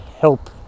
help